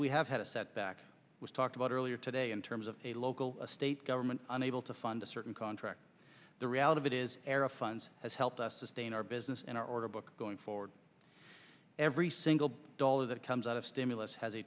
we have had a setback was talked about earlier today in terms of a local state government unable to fund a certain contract the reality of it is era funds has helped us sustain our business and our order book going forward every single dollar that comes out of stimulus has a